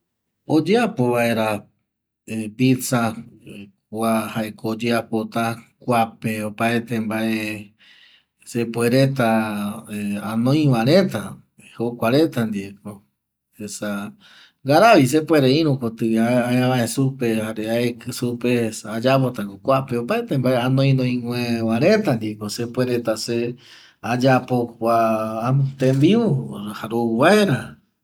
Oyeapo vaera pizza kua jae ko oyeapota kuape opaete mbae se puereta anoitaretava jokuareta ndieko esa ngara vi se puere inukoti ave supe jare aiki supe esa ayaepota opaete kuape anoinoiva rtea ndieko ayapota kua tembiu rou vaera